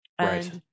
Right